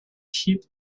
sheep